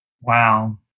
Wow